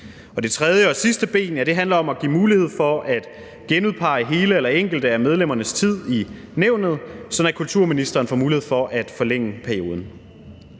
Det tredje og sidste ben handler om at give mulighed for at forlænge alle eller enkelte af medlemmernes tid i nævnet, sådan at kulturministeren får mulighed for at forlænge perioden.